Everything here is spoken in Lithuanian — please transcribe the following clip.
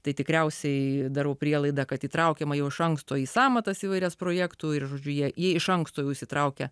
tai tikriausiai darau prielaidą kad įtraukiama jau iš anksto į sąmatas įvairias projektų ir žodžiu ji iš anksto įsitraukia